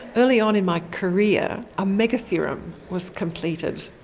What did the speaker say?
early on in my career a mega-theorem was completed,